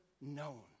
known